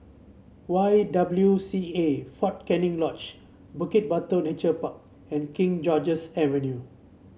Y W C A Fort Canning Lodge Bukit Batok Nature Park and King George's Avenue